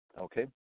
okay